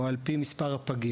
או על פי מספר הפגים,